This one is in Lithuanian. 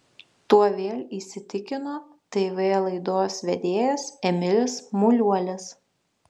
tuo vėl įsitikino tv laidos vedėjas emilis muliuolis